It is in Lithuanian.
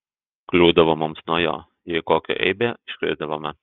kliūdavo mums nuo jo jei kokią eibę iškrėsdavome